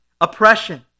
oppression